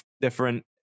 different